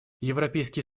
европейский